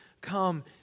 come